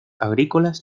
agrícolas